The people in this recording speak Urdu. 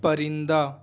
پرندہ